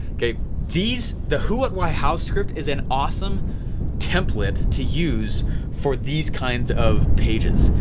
okay, these the who, what, why, how script is an awesome template to use for these kinds of pages.